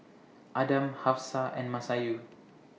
Adam Hafsa and Masayu